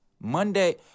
Monday